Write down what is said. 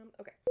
okay